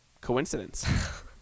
Coincidence